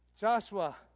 Joshua